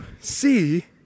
see